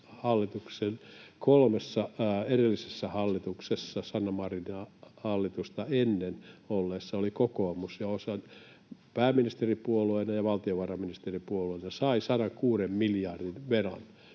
kolmessa edellisessä hallituksessa Sanna Marinin hallitusta ennen oli kokoomus ja osassa pääministeripuolueena ja valtiovarainministeripuolueena — 106 miljardin velan